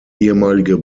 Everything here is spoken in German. ehemalige